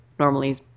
normally